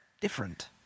different